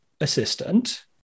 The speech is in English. assistant